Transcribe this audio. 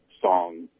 song